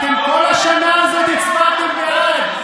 אתם כל השנה הזאת הצבעתם בעד.